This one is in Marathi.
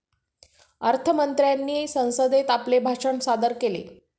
अर्थ मंत्र्यांनी संसदेत आपले भाषण सादर केले